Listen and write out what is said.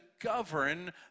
govern